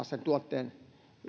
sen tuotteen saa palauttaa